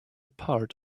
part